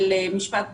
משפט בין-לאומי,